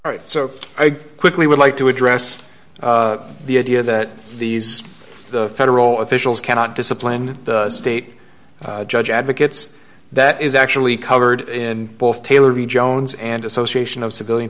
much so i quickly would like to address the idea that these the federal officials cannot disciplined the state judge advocates that is actually covered in both taylor v jones and association of civilian